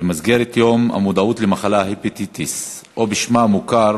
במסגרת יום המודעות למחלת ההפטיטיס, או בשמה המוכר